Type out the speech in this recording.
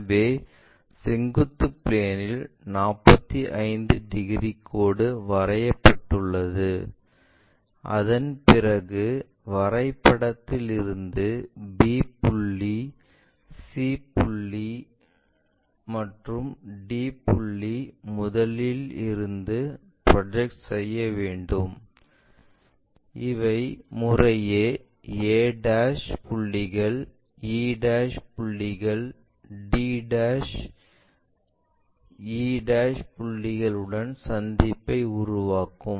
எனவே செங்குத்து பிளேன் இல் 45 டிகிரி கோடு வரையப்பட்டுள்ளது அதன் பிறகு வரைபடத்திலி ருந்து b புள்ளி c புள்ளி e புள்ளி மற்றும் d புள்ளி முதலில் இருந்து ப்ரொஜெக்ட் செய்ய வேண்டும் இவை முறையே a புள்ளிகள் e புள்ளிகள் d e புள்ளிகள் உடன் சந்திப்பை உருவாக்கும்